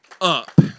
up